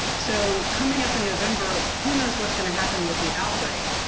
so coming up in november, who knows what's going to happen with the outbreak.